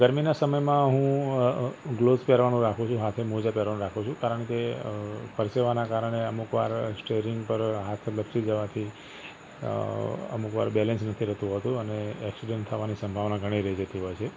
ગરમીના સમયમાં હું ગ્લવ્ઝ પહેરવાનું રાખું છું હાથે મોજા પહેરવાનું રાખું છું કારણ કે પરસેવાનાં કારણે અમુકવાર સ્ટિયરિંગ પર હાથ લપસી જવાથી અમુકવાર બૅલેન્સ નથી રહૈતુ હોતું અને ઍક્સિડન્ટ થવાની સંભાવના ઘણી રહી જતી હોય છે